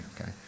okay